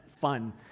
fun